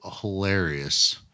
hilarious